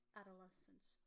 adolescence